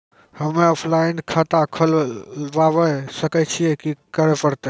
हम्मे ऑफलाइन खाता खोलबावे सकय छियै, की करे परतै?